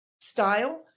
style